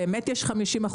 באמת יש 50%,